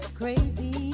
crazy